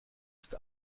ist